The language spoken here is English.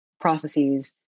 processes